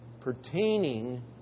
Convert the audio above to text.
pertaining